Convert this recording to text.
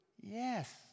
Yes